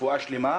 רפואה שלמה,